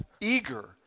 eager